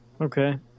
okay